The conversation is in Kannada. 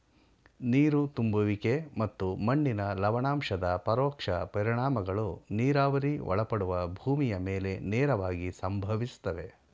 ನೀರು ತುಂಬುವಿಕೆ ಮತ್ತು ಮಣ್ಣಿನ ಲವಣಾಂಶದ ಪರೋಕ್ಷ ಪರಿಣಾಮಗಳು ನೀರಾವರಿಗೆ ಒಳಪಡುವ ಭೂಮಿಯ ಮೇಲೆ ನೇರವಾಗಿ ಸಂಭವಿಸ್ತವೆ